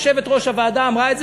יושבת-ראש הוועדה אמרה את זה,